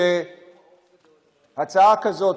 שהצעה כזאת,